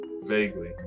vaguely